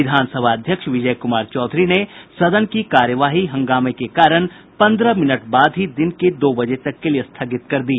विधानसभा अध्यक्ष विजय कूमार चौधरी ने सदन की कार्यवाही हंगामे के कारण पन्द्रह मिनट बाद ही दिन के दो बजे तक के लिए स्थगित कर दी